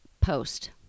post